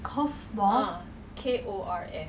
korfball actually